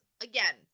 again